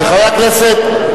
חבר הכנסת,